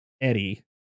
eddie